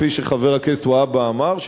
כפי שחבר הכנסת והבה אמר,